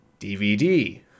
DVD